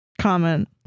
comment